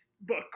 book